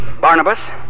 Barnabas